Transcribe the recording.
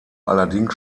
allerdings